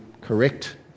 correct